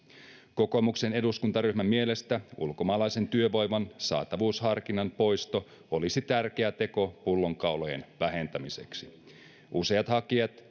kokoomuksen eduskuntaryhmän mielestä ulkomaalaisen työvoiman saatavuusharkinnan poisto olisi tärkeä teko pullonkaulojen vähentämiseksi useat hakijat